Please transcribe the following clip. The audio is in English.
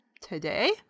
today